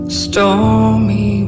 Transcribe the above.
stormy